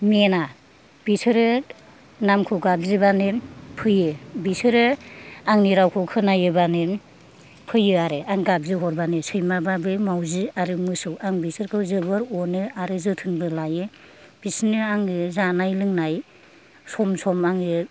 बिसोरो नामखौ गाबज्रिबानो फैयो बिसोरो आंनि रावखौ खोनायोब्लानो फैयो आरो आं गाबज्रिहरबानो सैमाबाबो मावजि आरो मोसौ आं बिसोरखौ जोबोर अनो आरो जोथोनबो लायो बिसोरनो आङो जानाय लोंनाय सम सम आङो